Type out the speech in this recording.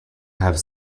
have